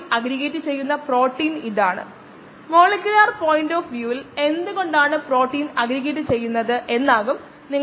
അത് നമുക്ക് പ്രധാനമാണ് അത് vm ഡാഷ് അല്ലെങ്കിൽ vm ആണ് മാക്സിമം നിരക്ക്